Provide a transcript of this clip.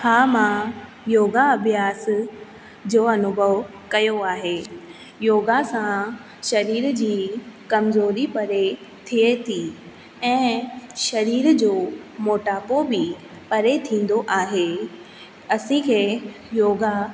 हा मां योगा अभ्यास जो अनुभव कयो आहे योगा सां शरीर जी कमज़ोरी परे थिए थी ऐं शरीर जो मोटापो बि परे थींदो आहे असीं खे योगा